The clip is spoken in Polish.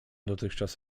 dotychczas